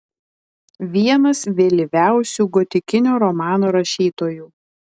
vienas vėlyviausių gotikinio romano rašytojų